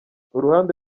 uruhande